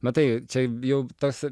matai čia jau tarsi